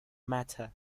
matter